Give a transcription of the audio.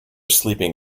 sleeping